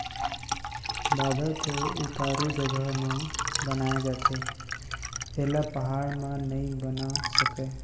बांधा तो उतारू जघा म बनाए जाथे एला पहाड़ म नइ बना सकय